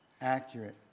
accurate